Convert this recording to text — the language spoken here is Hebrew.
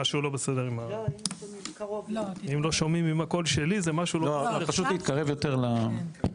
אזרחי מדינת ישראל שרצו לטוס ולא יכלו לפני זה לקבוע תור,